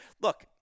look